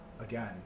again